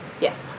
Yes